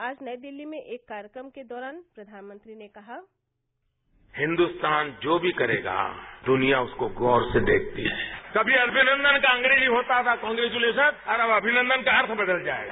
आज नई दिल्ली में एक कार्यक्रम के दौरान प्रधानमंत्री ने कहा हिन्दुस्तान जो भी करेगा दुनिया उसको गौर से देखती है कभी अभिनन्दन का अग्रेंजी होता था ब्वदहतंजनसंजपवदे और अब अभिनन्दन का अर्थ ही बदल जाएगा